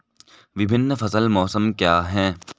विभिन्न फसल मौसम क्या हैं?